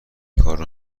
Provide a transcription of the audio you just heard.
کارو